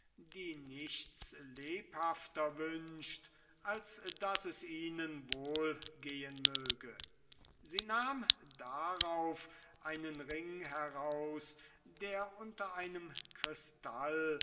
die nichts lebhafter wünscht als daß es ihnen wohl gehen möge sie nahm darauf einen ring heraus der unter einem kristall